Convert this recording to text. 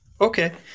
Okay